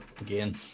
again